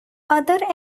other